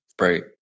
Right